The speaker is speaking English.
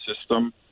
system